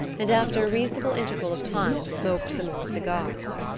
and after a reasonable interval of time smoked some more cigars.